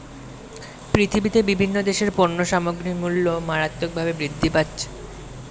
পৃথিবীতে বিভিন্ন দেশের পণ্য সামগ্রীর মূল্য মারাত্মকভাবে বৃদ্ধি পাচ্ছে